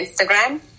Instagram